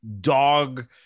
dog